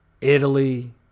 Italy